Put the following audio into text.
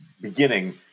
beginning